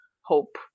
hope